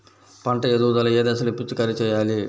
పంట ఎదుగుదల ఏ దశలో పిచికారీ చేయాలి?